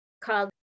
called